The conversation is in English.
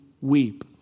weep